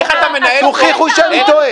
איך אתה מנהל --- תוכיחו שאני טועה.